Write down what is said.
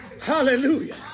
Hallelujah